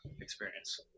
experience